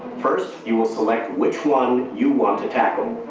first, you will select which one you want to tackle.